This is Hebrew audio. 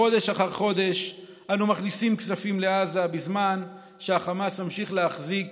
חודש אחר חודש אנו מכניסים כספים לעזה בזמן שהחמאס ממשיך להחזיק